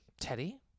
Teddy